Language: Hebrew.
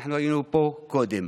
אנחנו היינו פה קודם.